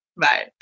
Bye